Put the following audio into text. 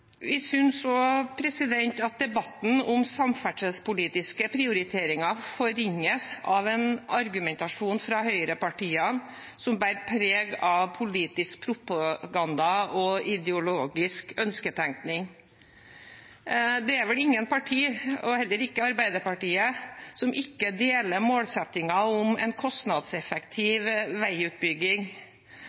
Vi synes også at debatten om samferdselspolitiske prioriteringer forringes av en argumentasjon fra høyrepartiene som bærer preg av politisk propaganda og ideologisk ønsketenkning. Det er vel ingen partier – heller ikke Arbeiderpartiet – som ikke deler målsettingen om en kostnadseffektiv veiutbygging.